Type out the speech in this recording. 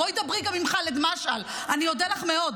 בואי דברי גם עם ח'אלד משעל, אני אודה לך מאוד.